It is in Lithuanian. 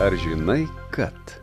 ar žinai kad